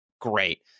great